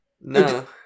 No